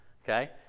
Okay